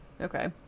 Okay